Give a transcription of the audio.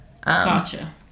Gotcha